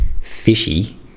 fishy